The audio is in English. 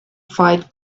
fight